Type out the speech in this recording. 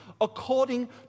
according